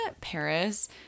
paris